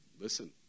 Listen